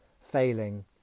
failing